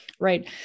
Right